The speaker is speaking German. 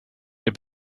der